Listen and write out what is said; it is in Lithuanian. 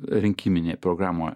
rinkiminėje programoje